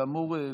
כאמור,